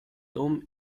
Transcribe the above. tom